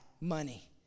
money